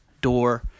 door